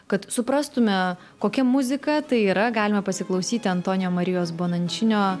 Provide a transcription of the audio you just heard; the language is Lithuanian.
kad suprastume kokia muzika tai yra galime pasiklausyti antonija marijos bonanšinio